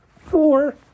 four